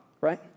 right